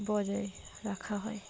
বজায় রাখা হয়